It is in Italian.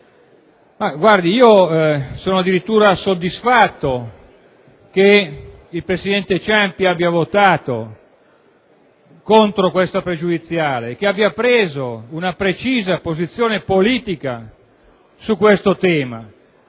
illustrare. Sono addirittura soddisfatto che il presidente Ciampi abbia votato contro tale questione pregiudiziale e che abbia assunto una precisa posizione politica su questo tema.